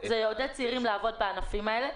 זה יעודד צעירים לעבוד בענפים האלה.